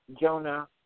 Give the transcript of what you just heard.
Jonah